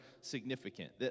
significant